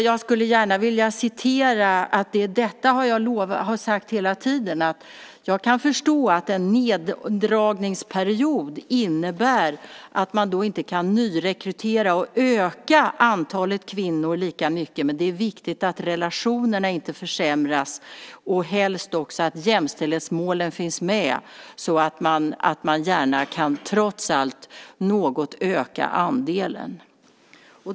Jag skulle gärna vilja påpeka att jag hela tiden sagt detta. En neddragningsperiod innebär naturligtvis att man inte kan nyrekrytera och öka antalet kvinnor lika mycket, men det är viktigt att relationerna inte försämras. Helst ska också jämställdhetsmålen finnas med så att man trots allt kan öka andelen något.